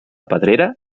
pedrera